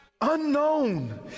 Unknown